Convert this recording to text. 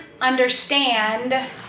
understand